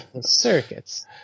Circuits